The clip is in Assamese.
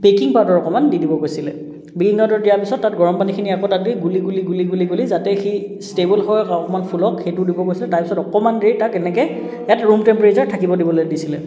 বেকিং পাউডাৰ অকণমান দি দিব কৈছিলে বেকিং পাউডাৰ দিয়া পিছত তাত গৰম পানীখিনি আকৌ তাত দি গুলি গুলি গুলি গুলি গুলি যাতে সি ষ্টেবল হৈ অকণমান ফুলক সেইটো দিব কৈছে তাৰপিছত অকণমান দেৰী তাক এনেকৈ ইয়াত ৰুম টেম্পাৰেচাৰত থাকিব দিছিলে